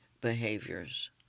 behaviors